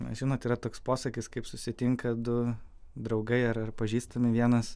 na žinot yra toks posakis kaip susitinka du draugai ar ar pažįstami vienas